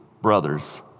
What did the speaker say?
brothers